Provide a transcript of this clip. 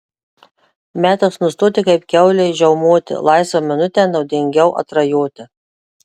metas nustoti kaip kiaulei žiaumoti laisvą minutę naudingiau atrajoti